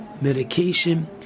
medication